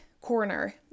corner